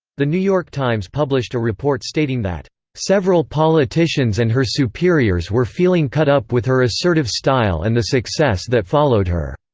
the new york times published a report stating that several politicians and her superiors were feeling cut up with her assertive style and the success that followed her.